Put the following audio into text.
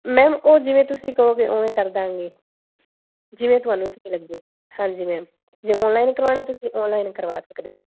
ma'am ਉਹ ਜਿਵੇਂ ਤੁਸੀਂ ਕਹੋਗੇ ਉਵੇਂ ਕਰ ਦਾਂਗੇ ਜਿਵੇਂ ਤੁਹਾਨੂੰ ਸਹੀ ਲੱਗੇ ਹਾਂਜੀ ਮੈਂ ਜੇ ਆਨਲਾਈਨ ਕਰਾਉਣਾ ਤੁਸੀਂ ਆਨਲਾਈਨ ਕਰਵਾ ਸਕਦੇ